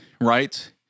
right